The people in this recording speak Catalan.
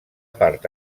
part